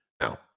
Now